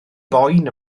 boen